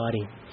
body